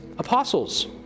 apostles